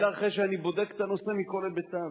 אלא אחרי שאני בודק את הנושא על כל היבטיו.